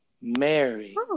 Mary